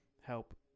help